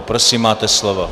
Prosím, máte slovo.